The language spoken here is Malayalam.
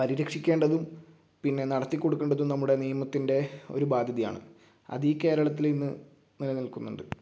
പരിരക്ഷിക്കേണ്ടതും പിന്നെ നടത്തി കൊടുക്കേണ്ടതും നമ്മുടെ നിയമത്തിൻ്റെ ഒരു ബാധ്യതയാണ് അത് ഈ കേരത്തിൽ ഇന്ന് നിലനിൽക്കുന്നുണ്ട്